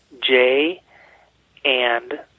J-and